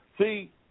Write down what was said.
See